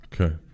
Okay